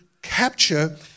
capture